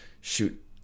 shoot